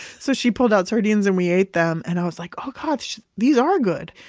so she pulled out sardines and we ate them and i was like, oh gosh, these are good.